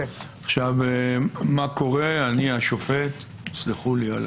מה קורה, אם אני השופט תסלחו לי על